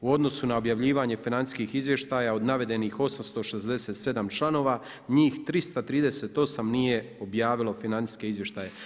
U odnosu na objavljivanje financijskih izvještaja od navedenih 867 članova, njih 338 nije objavilo financijske izvještaje.